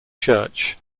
church